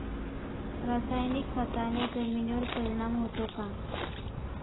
रासायनिक खताने जमिनीवर परिणाम होतो का?